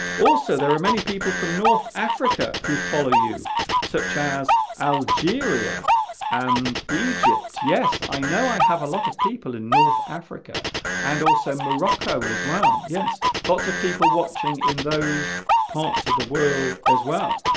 also there are many people from north africa who follow you such as algeria and egypt yes i know i have a lot of people in north africa and also morocco as well yes lots of people watching in those parts of the world as well